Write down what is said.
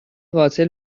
قاتل